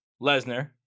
Lesnar